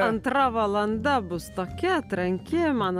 antra valanda bus tokia tranki man